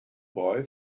boy